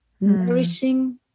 nourishing